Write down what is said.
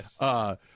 Yes